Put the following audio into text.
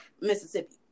Mississippi